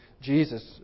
Jesus